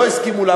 לא הסכימו לה,